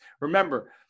Remember